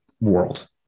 world